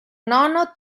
nono